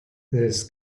this